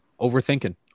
overthinking